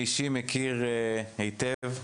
מכיר היטב.